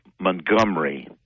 Montgomery